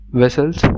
vessels